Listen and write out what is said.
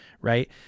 right